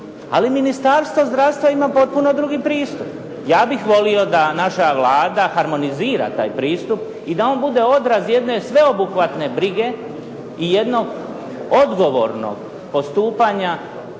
ali Ministarstvo zdravstva ima potpuno drugi pristup. Ja bih volio da naša Vlada harmonizira taj pristup i da on bude odraz jedne sveobuhvatne brige i jednog odgovornog postupanja